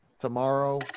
tomorrow